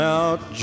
out